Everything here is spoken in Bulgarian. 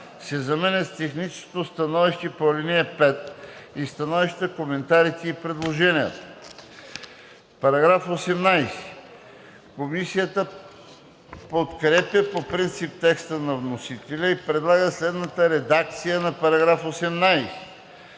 се заменя с „техническото становище по ал. 5 и становищата, коментарите и предложенията“.“ Комисията подкрепя по принцип текста на вносителя и предлага следната редакция на § 18,